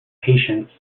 patience